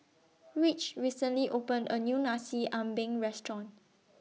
Rich recently opened A New Nasi Ambeng Restaurant